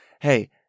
hey